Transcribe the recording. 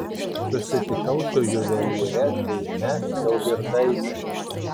susitikau su juvelyre deime daugirdaite